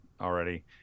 already